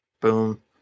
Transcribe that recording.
Boom